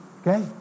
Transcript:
Okay